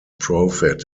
profit